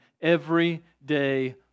everyday